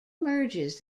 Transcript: merges